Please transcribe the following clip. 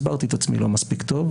הסברתי את עצמי לא מספיק טוב,